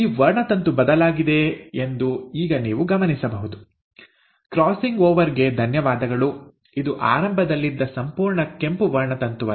ಈ ವರ್ಣತಂತು ಬದಲಾಗಿದೆ ಎಂದು ಈಗ ನೀವು ಗಮನಿಸಬಹುದು ಕ್ರಾಸಿಂಗ್ ಓವರ್ ಗೆ ಧನ್ಯವಾದಗಳು ಇದು ಆರಂಭದಲ್ಲಿದ್ದ ಸಂಪೂರ್ಣ ಕೆಂಪು ವರ್ಣತಂತುವಲ್ಲ